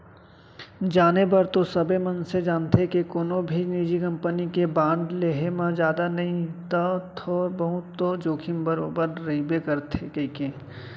जाने बर तो सबे मनसे जानथें के कोनो भी निजी कंपनी के बांड लेहे म जादा नई तौ थोर बहुत तो जोखिम बरोबर रइबे करथे कइके